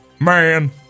Man